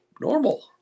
normal